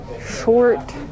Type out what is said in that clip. short